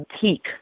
peak